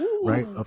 right